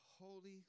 Holy